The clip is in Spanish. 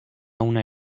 una